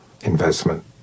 investment